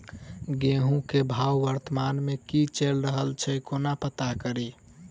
गेंहूँ केँ भाव वर्तमान मे की चैल रहल छै कोना पत्ता कड़ी?